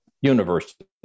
university